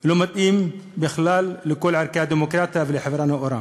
לא מתאים בכלל לכל ערכי הדמוקרטיה ולחברה נאורה.